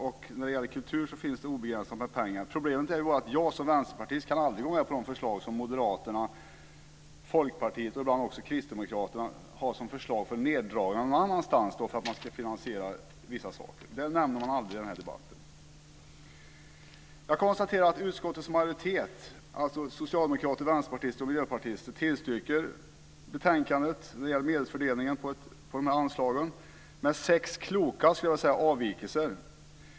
Men när det gäller kultur finns det obegränsat med pengar. Problemet är att jag som vänsterpartist aldrig kan gå med på de förslag som Moderaterna, Folkpartiet och ibland även Kristdemokraterna för fram om neddragningar någon annanstans för att finansiera vissa saker. Det nämner man aldrig i denna debatt. Jag konstaterar att utskottets majoritet, dvs. socialdemokrater, vänsterpartister och miljöpartister, tillstyrker förslaget i betänkandet i fråga om medelsfördelningen till dessa anslag med sex kloka avvikelser.